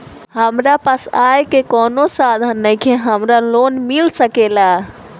हमरा पास आय के कवनो साधन नईखे हमरा लोन मिल सकेला?